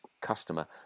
customer